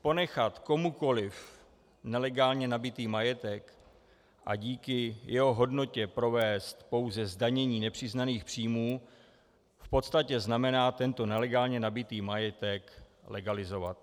Ponechat komukoliv nelegálně nabytý majetek a díky jeho hodnotě provést pouze zdanění nepřiznaných příjmů v podstatě znamená tento nelegálně nabytý majetek legalizovat.